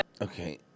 Okay